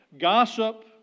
gossip